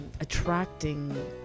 attracting